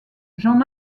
j’en